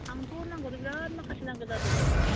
आंथ' नांगौआथ' बिराद माखासे नांगौ जादोंमोन